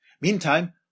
Meantime